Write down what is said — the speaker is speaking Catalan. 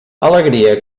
alegria